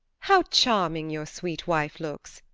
how charming your sweet wife looks!